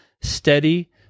steady